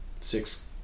six